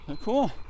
Cool